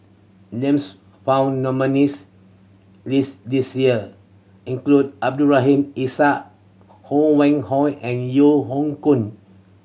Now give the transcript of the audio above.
names found in nominees' list this year include Abdul Rahim Ishak Ho Wan Hong and Yeo Hoe Koon